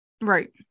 Right